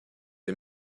est